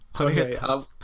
okay